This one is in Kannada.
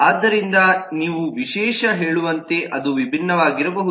ಆದ್ದರಿಂದ ನೀವು ವಿಶೇಷ ಹೇಳುವಂತೆ ಅದು ವಿಭಿನ್ನವಾಗಿರಬಹುದು